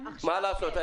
מה לעשות?